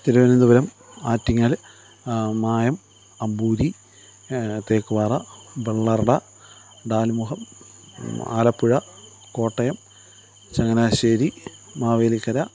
Thiruvananthapuram Attingal Mayam Amboori Thekkupara Vellarada Dalmukham Alappuzha Kottayam Changanassery Mavelikkara